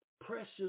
precious